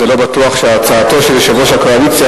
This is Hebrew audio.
לא בטוח שהצעתו של יושב-ראש הקואליציה